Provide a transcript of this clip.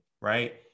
right